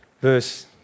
Verse